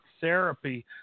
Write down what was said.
therapy